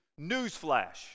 Newsflash